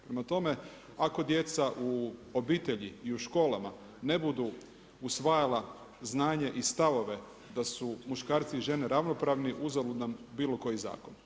Prema tome, ako djeca u obitelji i u školama ne budu usvajala znanje i stavove da su muškarci i žene ravnopravni, uzalud nam bilo koji zakon.